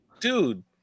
Dude